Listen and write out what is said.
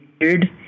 weird